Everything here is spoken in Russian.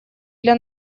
для